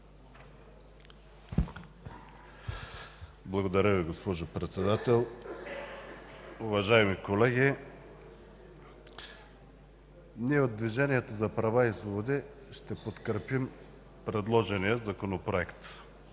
Благодаря Ви, госпожо Председател. Уважаеми колеги, ние от Движението за права и свободи ще подкрепим предложения Законопроект.